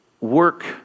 work